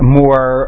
more